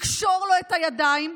לקשור לו את הידיים,